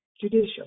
judicial